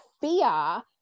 fear